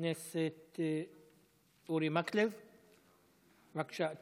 חבר הכנסת אורי מקלב, בבקשה.